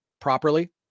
properly